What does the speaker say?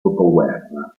dopoguerra